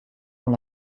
dans